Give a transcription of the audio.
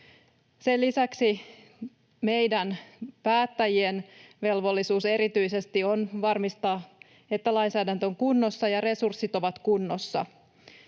Sen lisäksi meidän päättäjien velvollisuus erityisesti on varmistaa, että lainsäädäntö on kunnossa ja resurssit ovat kunnossa.